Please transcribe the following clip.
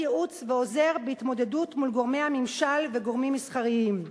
ייעוץ ועוזר בהתמודדות מול גורמי הממשל וגורמים מסחריים.